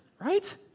right